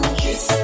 kiss